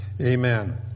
amen